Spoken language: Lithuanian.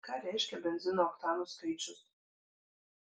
ką reiškia benzino oktanų skaičius